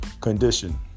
condition